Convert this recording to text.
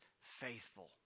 faithful